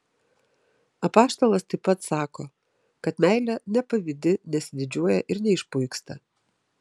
apaštalas taip pat sako kad meilė nepavydi nesididžiuoja ir neišpuiksta